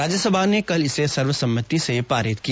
राज्यसभा ने कल इसे सर्वसम्मंति से पारित किया